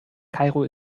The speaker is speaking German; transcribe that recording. kairo